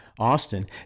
Austin